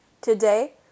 Today